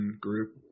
group